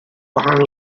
wahanol